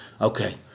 Okay